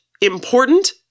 important